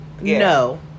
No